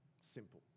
simple